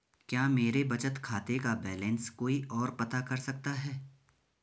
क्या मेरे बचत खाते का बैलेंस कोई ओर पता कर सकता है?